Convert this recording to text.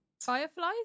fireflies